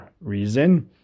Reason